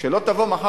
על מנת שמחר